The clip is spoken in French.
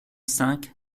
cinq